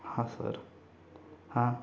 हां सर हां